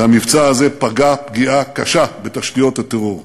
והמבצע הזה פגע פגיעה קשה בתשתיות הטרור.